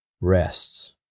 rests